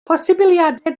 posibiliadau